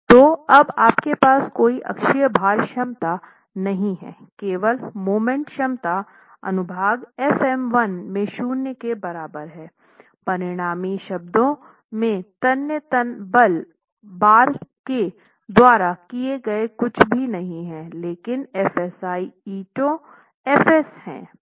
तो अब आपके पास कोई अक्षीय भार क्षमता नहीं है केवल मोमेंट क्षमता अनुभाग fm 1 में शून्य के बराबर हैं परिणामी शब्दों में तन्य बल बार के द्वारा किए गए कुछ भी नहीं है लेकिन Asi ईंटो Fs हैं